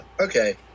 Okay